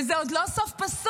וזה עוד לא סוף פסוק.